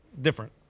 different